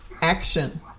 action